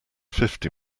fifty